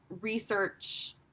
research